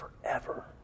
forever